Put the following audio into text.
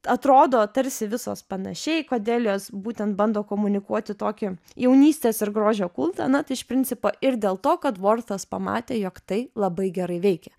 atrodo tarsi visos panašiai kodėl jos būtent bando komunikuoti tokį jaunystės ir grožio kultą na tai iš principo ir dėl to kad vortas pamatė jog tai labai gerai veikia